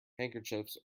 handkerchiefs